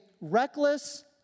reckless